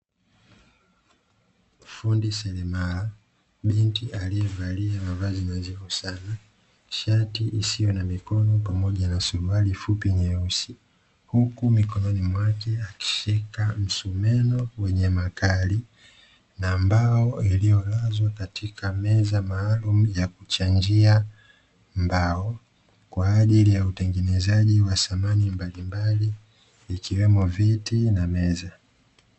Fundi seremala, binti aliyevalia mavazi mazuri sana, shati isiyo na mikono pamoja na suruali fupi nyeusi, huku mikononi mwake akishika msumeno wenye makali na mbao iliyolazwa katika meza maalumu ya kuchanjia mbao, kwa ajili ya utengenezaji wa samani mbalimbali, ikiwemo viti na meza.